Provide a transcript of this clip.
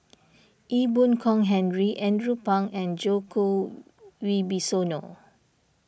Ee Boon Kong Henry Andrew Phang and Djoko Wibisono